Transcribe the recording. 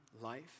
life